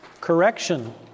correction